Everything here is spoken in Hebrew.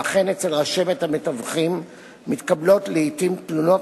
ואכן אצל רשמת המתווכים מתקבלות לעתים תלונות